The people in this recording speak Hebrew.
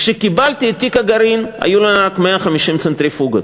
כשקיבלתי את תיק הגרעין היו לנו רק 150 צנטריפוגות.